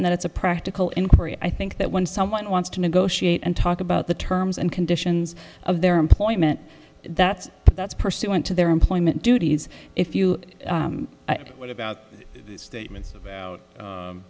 and that it's a practical inquiry i think that when someone wants to negotiate and talk about the terms and conditions of their employment that's that's pursuant to their employment duties if you will about statements